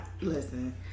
Listen